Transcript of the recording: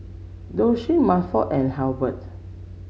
Doshie Milford and Hubert